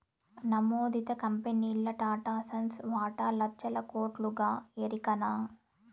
నమోదిత కంపెనీల్ల టాటాసన్స్ వాటా లచ్చల కోట్లుగా ఎరికనా